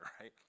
right